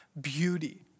beauty